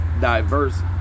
Diverse